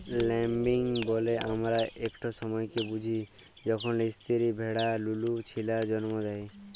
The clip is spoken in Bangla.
ল্যাম্বিং ব্যলে আমরা ইকট সময়কে বুঝি যখল ইস্তিরি ভেড়া লুলু ছিলা জল্ম দেয়